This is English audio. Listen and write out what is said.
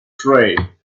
tray